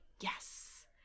yes